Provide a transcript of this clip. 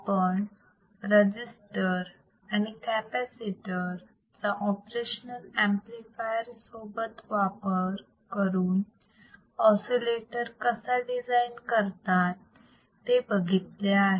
आपण रजिस्टर आणि कॅपॅसिटर चा ऑपरेशनल अंपलिफायर सोबत वापर करून ऑसिलेटर कसा डिझाईन करतात ते बघितले आहे